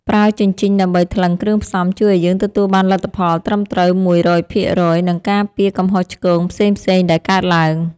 ប្រើជញ្ជីងដើម្បីថ្លឹងគ្រឿងផ្សំជួយឱ្យយើងទទួលបានលទ្ធផលត្រឹមត្រូវមួយរយភាគរយ និងការពារកំហុសឆ្គងផ្សេងៗដែលកើតឡើង។